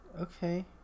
okay